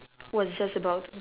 was just about to